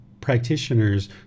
practitioners